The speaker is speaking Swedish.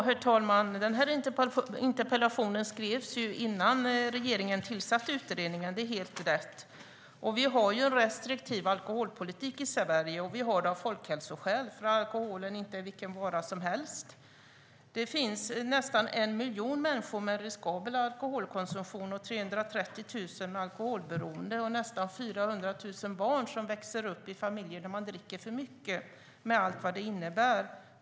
Herr talman! Interpellationen skrevs innan regeringen tillsatte utredningen, det är helt rätt. Vi har i Sverige en restriktiv alkoholpolitik. Det har vi av folkhälsoskäl för alkohol är inte vilken vara som helst. Det finns nästan en miljon människor med riskabel alkoholkonsumtion, 330 000 alkoholberoende och nästan 400 000 barn som växer i familjer där man dricker för mycket med allt vad det innebär.